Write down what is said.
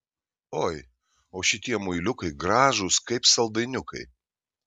oi o šitie muiliukai gražūs kaip saldainiukai